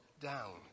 down